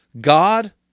God